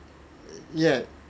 yeah